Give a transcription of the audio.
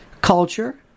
Culture